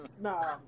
Nah